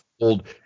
old